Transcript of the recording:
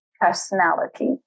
personality